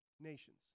nations